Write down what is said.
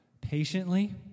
patiently